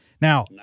Now